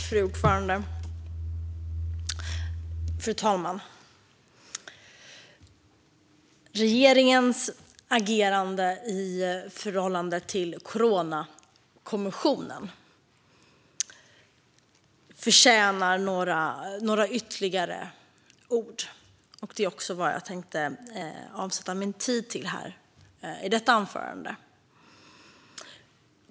Fru talman! Regeringens agerande i förhållande till Coronakommissionen förtjänar några ytterligare ord. Det är också vad jag tänker avsätta min tid till i detta anförande.